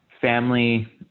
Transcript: family